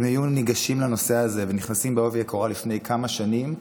אם היו ניגשים לנושא הזה ונכנסים בעובי הקורה לפני כמה שנים,